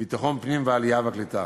ביטחון פנים והעלייה והקליטה.